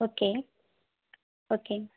okay okay